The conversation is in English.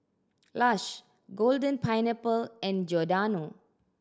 Lush Golden Pineapple and Giordano